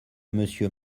monsieur